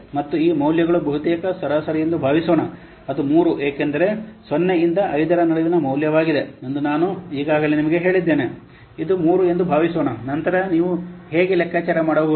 ಮತ್ತು ಈ ಮೌಲ್ಯಗಳು ಬಹುತೇಕ ಸರಾಸರಿ ಎಂದು ಭಾವಿಸೋಣ ಅದು 3 ಏಕೆಂದರೆ 0 ರಿಂದ 5 ರ ನಡುವಿನ ಮೌಲ್ಯವಾಗಿದೆ ಎಂದು ನಾನು ಈಗಾಗಲೇ ನಿಮಗೆ ಹೇಳಿದ್ದೇನೆ ಇದು 3 ಎಂದು ಭಾವಿಸೋಣ ನಂತರ ನೀವು ಹೇಗೆ ಲೆಕ್ಕಾಚಾರ ಮಾಡಬಹುದು